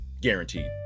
guaranteed